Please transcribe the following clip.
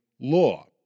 law